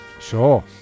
Sure